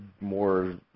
more